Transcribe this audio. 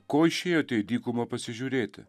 ko išėjote į dykumą pasižiūrėti